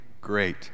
great